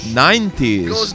90s